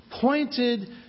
pointed